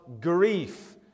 grief